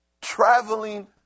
traveling